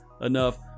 enough